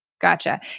gotcha